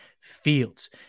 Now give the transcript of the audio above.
fields